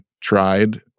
tried